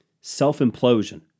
self-implosion